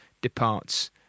departs